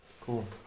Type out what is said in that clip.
Cool